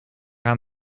aan